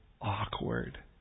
awkward